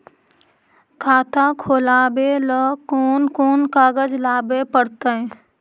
खाता खोलाबे ल कोन कोन कागज लाबे पड़तै?